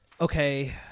okay